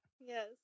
Yes